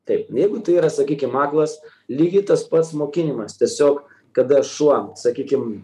taip jeigu tai yra sakykim aklas lygiai tas pats mokinimas tiesiog kada šuo sakykim